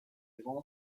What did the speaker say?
algún